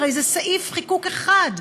הרי זה סעיף חיקוק אחד,